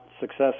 success